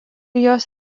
jos